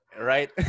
right